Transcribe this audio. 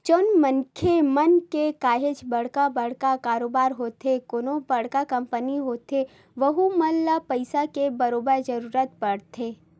जउन मनखे मन के काहेक बड़का बड़का कारोबार होथे कोनो बड़का कंपनी होथे वहूँ मन ल पइसा के बरोबर जरूरत परथे